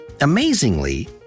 Amazingly